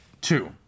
Two